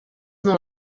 molt